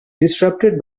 disrupted